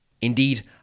Indeed